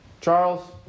Charles